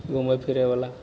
घुमै फिरैवला